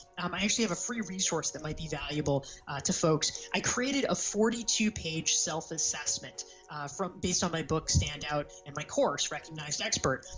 um i have a free resource that might be valuable to folks. i created a forty two page self-assessment from based on my book stand out and my course recognized expert,